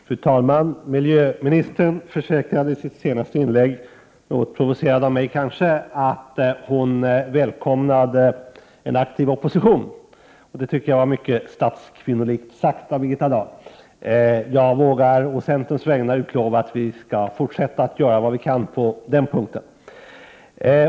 Fru talman! Miljöministern sade i sitt senaste inlägg — kanske något provocerad av mig — att hon välkomnade en aktiv opposition. Det tycker jag var mycket statskvinnomässigt sagt av Birgitta Dahl. Jag vågar å centerns vägnar utlova att vi skall fortsätta att göra vad vi kan på den punkten.